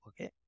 okay